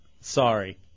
Sorry